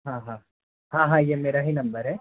हाँ हाँ हाँ हाँ ये मेरा ही नंबर है